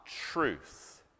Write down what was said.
truth